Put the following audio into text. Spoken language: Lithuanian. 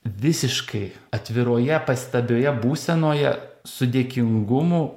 visiškai atviroje pastabioje būsenoje su dėkingumu